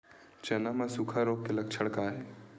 चना म सुखा रोग के लक्षण का हे?